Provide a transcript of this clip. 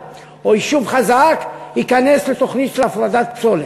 או יישוב חזק ייכנס לתוכנית של הפרדת פסולת.